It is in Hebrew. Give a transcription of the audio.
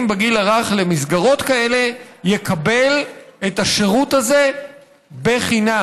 בגיל הרך למסגרות כאלה יקבל את השירות הזה בחינם.